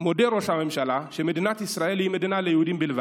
מודה ראש הממשלה שמדינת ישראל היא מדינה ליהודים בלבד,